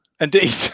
Indeed